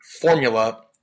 formula